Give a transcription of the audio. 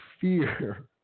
fear